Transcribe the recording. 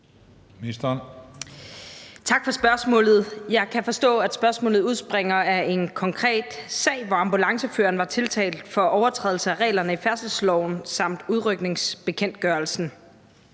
Tak for spørgsmålet. Jeg kan forstå, at spørgsmålet udspringer af en konkret sag, hvor ambulanceføreren var tiltalt for overtrædelse af reglerne i færdselsloven samt udrykningsbekendtgørelsen.